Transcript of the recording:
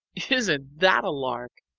isn't that a lark?